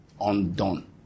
undone